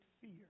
fear